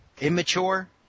immature